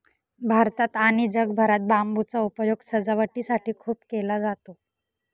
भारतात आणि जगभरात बांबूचा उपयोग सजावटीसाठी खूप केला जातो